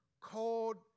called